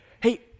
Hey